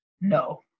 No